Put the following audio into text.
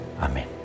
Amen